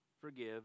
forgive